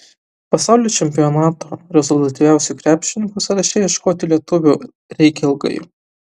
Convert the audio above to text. pasaulio čempionato rezultatyviausių krepšininkų sąraše ieškoti lietuvių reikia ilgai